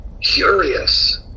Curious